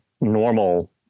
normal